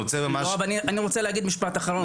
משפט אחרון.